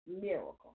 miracle